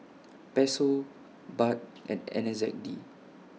Peso Baht and N Z D